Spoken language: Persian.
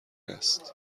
است